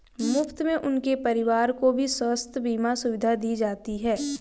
मुफ्त में उनके परिवार को भी स्वास्थ्य बीमा सुविधा दी जाती है